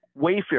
Wayfair